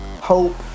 hope